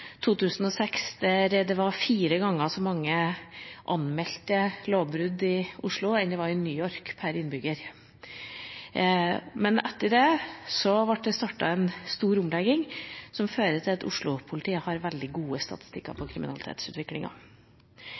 2006, da det var fire ganger så mange anmeldte lovbrudd per innbygger i Oslo som i New York. Men etter det ble det startet en stor omlegging, som førte til at Oslo-politiet har veldig gode statistikker når det gjelder kriminalitetsutviklinga.